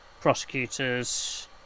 Prosecutors